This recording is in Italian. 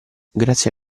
grazie